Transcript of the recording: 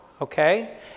okay